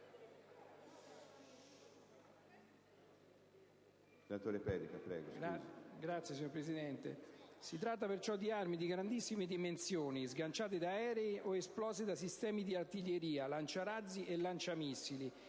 Si tratta perciò di armi di grandissime dimensioni, sganciate da aerei o lanciate da sistemi di artiglieria, lanciarazzi e lanciamissili,